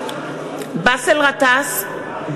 באסל גטאס,